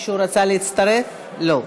בעד, 63,